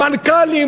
מנכ"לים,